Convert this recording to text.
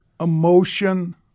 emotion